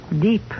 Deep